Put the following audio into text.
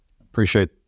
Appreciate